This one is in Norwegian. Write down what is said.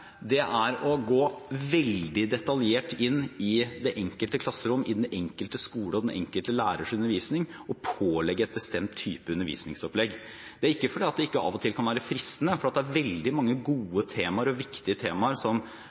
er å gå veldig detaljert inn i det enkelte klasserom, i den enkelte skole og den enkelte lærers undervisning og pålegge en bestemt type undervisningsopplegg – ikke fordi det ikke av og til kan være fristende, for det er veldig mange gode og viktige temaer som